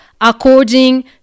according